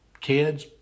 kids